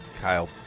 Kyle